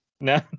no